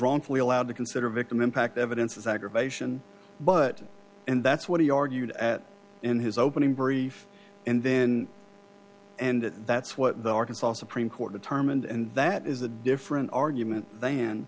wrongfully allowed to consider victim impact evidence is aggravation but and that's what do you argued at in his opening brief and then and that's what the arkansas supreme court determined and that is a different argument th